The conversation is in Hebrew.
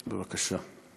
בבקשה.